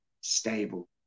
stable